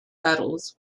battles